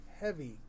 heavy